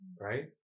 Right